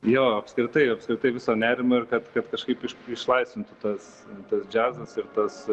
jo apskritai apskritai viso nerimo ir kad kad kažkaip iš išlaisvintų tas tas džiazas ir tas